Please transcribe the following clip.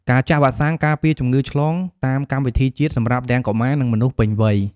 ការចាក់វ៉ាក់សាំងការពារជំងឺឆ្លង តាមកម្មវិធីជាតិ សម្រាប់ទាំងកុមារ និងមនុស្សពេញវ័យ។